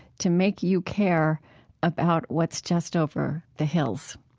to make you care about what's just over the hills.